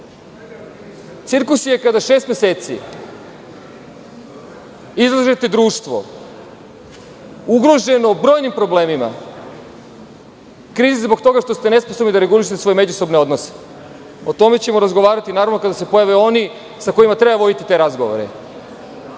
Cirkus je kada šest meseci izlažete društvo ugroženo brojim problemima, krizi, zbog toga što ste nesposobni da regulišete svoje međusobne odnose. O tome ćemo razgovarati naravno kada se pojave oni sa kojima treba voditi te razgovore.